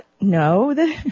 no